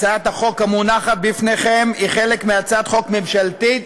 הצעת החוק המונחת בפניכם היא חלק מהצעת חוק ממשלתית